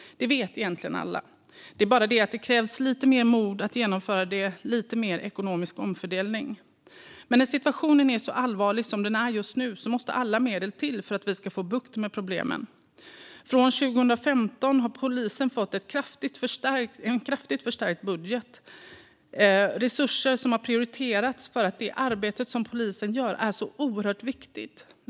Det vet egentligen alla. Det är bara det att det krävs lite mer mod och ekonomisk omfördelning för att genomföra det. Men när situationen är så allvarlig som den nu är måste alla medel till för att vi ska få bukt med problemen. Från 2015 har polisen fått en kraftigt förstärkt budget, något som prioriterats för att polisens arbete är så viktigt.